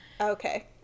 okay